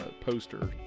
poster